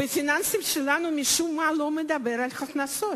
בפיננסים שלנו אף פעם לא מדובר על הכנסות,